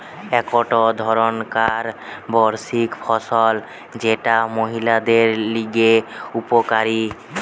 একটো ধরণকার বার্ষিক ফসল যেটা মহিলাদের লিগে উপকারী